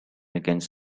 against